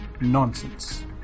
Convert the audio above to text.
nonsense